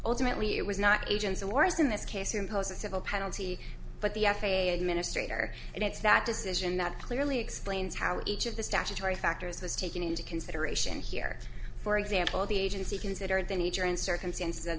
ultimately it was not agents of war as in this case impose a civil penalty but the f a a administrator and it's that decision that clearly explains how each of the statutory factors was taken into consideration here for example the agency consider the nature and circumstances